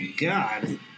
God